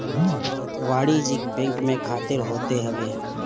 वाणिज्यिक बैंक व्यापार खातिर होत हवे